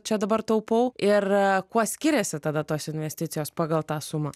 čia dabar taupau ir kuo skiriasi tada tos investicijos pagal tą sumą